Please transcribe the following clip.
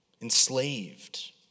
enslaved